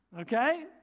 Okay